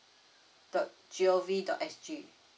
dot G O V dot S G